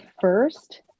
first